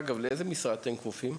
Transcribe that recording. לאיזה משרד אתם כפופים?